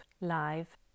live